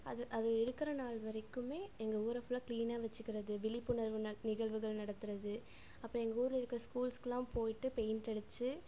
அது அது இருக்கிற நாள் வரைக்குமே எங்கள் ஊரை ஃபுல்லாக கிளீனாக வச்சிக்கிறது விழிப்புணர்வு ந நிகழ்வுகள் நடத்துறது அப்புறம் எங்கள் ஊரில் இருக்க ஸ்கூல்ஸ்க்கு எல்லாம் போயிவிட்டு பெயிண்ட் அடிச்சு